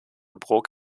brok